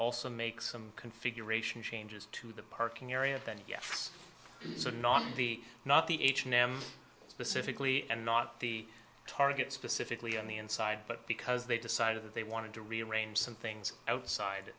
also make some configuration changes to the parking area then yes so not be not the h and m specifically and not the target specifically on the inside but because they decided that they wanted to rearrange some things outside